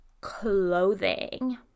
clothing